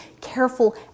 careful